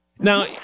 Now